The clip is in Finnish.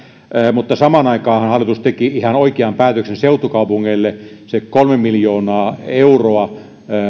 mutta samaan aikaanhan hallitus teki ihan oikean päätöksen seutukaupungeille sen kolme miljoonaa euroa